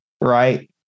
Right